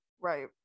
Right